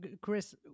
Chris